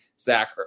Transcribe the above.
Zach